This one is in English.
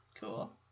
cool